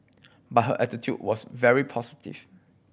but her attitude was very positive